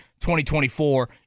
2024